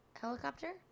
helicopter